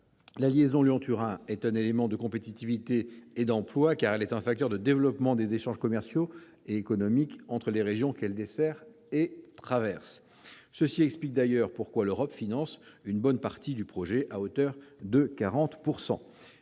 la liaison Lyon-Turin est un élément de compétitivité et d'emploi, car elle est un facteur de développement des échanges commerciaux et économiques entre les régions qu'elle dessert et traverse. Cela explique d'ailleurs pourquoi l'Europe finance une bonne partie du projet, à hauteur de 40 %.